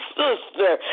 sister